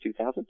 2000